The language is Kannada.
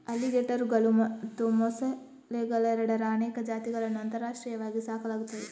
ಅಲಿಗೇಟರುಗಳು ಮತ್ತು ಮೊಸಳೆಗಳೆರಡರ ಅನೇಕ ಜಾತಿಗಳನ್ನು ಅಂತಾರಾಷ್ಟ್ರೀಯವಾಗಿ ಸಾಕಲಾಗುತ್ತದೆ